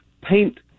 paint